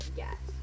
yes